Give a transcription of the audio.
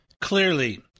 Clearly